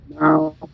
Now